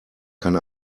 kann